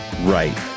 Right